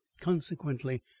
consequently